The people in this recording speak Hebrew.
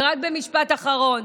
רק משפט אחרון.